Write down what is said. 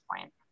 point